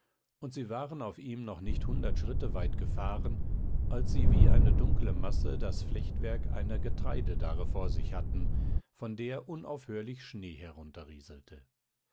und sie waren auf ihm noch nicht hundert schritte weit gefahren als sie wie eine dunkle masse das flechtwerk einer getreidedarre vor sich hatten von der unaufhörlich schnee